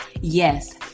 Yes